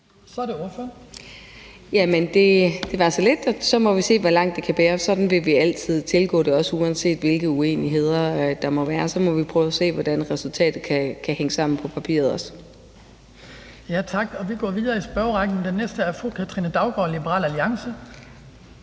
Broman Mølbæk (SF): Det var så lidt. Og så må vi se, hvor langt det kan bære. Sådan vil vi altid tilgå det; uanset hvilke uenigheder der må være, må vi prøve at se, hvordan resultatet kan hænge sammen på papiret. Kl. 18:08 Den fg. formand (Hans Kristian Skibby): Tak. Vi går videre i spørgerrækken, og den næste er fru Katrine Daugaard, Liberal Alliance.